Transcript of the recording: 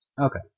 Okay